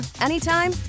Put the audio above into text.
anytime